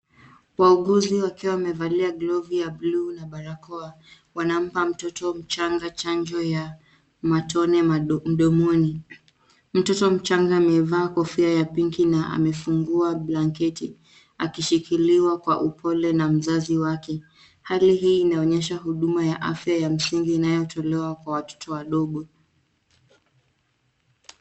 Wauguzi wakiwa wamevalia glovu ya buluu na barakoa wanampa mtoto mchanga chanjo ya matone mdomoni. Mtoto mchanga amevaa kofia ya pinki na amefungua blanketi akishikiliwa kwa upole na mzazi wake. Hali hii inaonyesha huduma ya afya ya msingi inayotolewa kwa watoto wadogo.